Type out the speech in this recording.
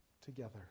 together